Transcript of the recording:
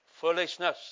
Foolishness